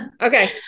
Okay